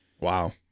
wow